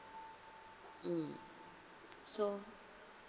mm so